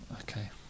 Okay